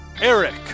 Eric